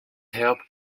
help